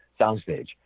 soundstage